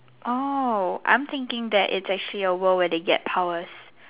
oh I'm thinking that it's actually a world where they get powers